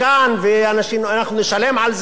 ואנחנו נשלם על זה וכו',